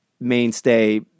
mainstay